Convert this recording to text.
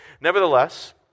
Nevertheless